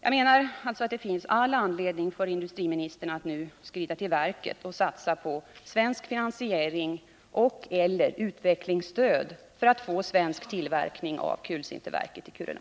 Jag menar alltså att det finns all anledning för industriministern att nu skrida till verket och satsa på svensk finansiering och/eller utvecklingsstöd för att möjliggöra svensk tillverkning av kulsinterverket i Kiruna.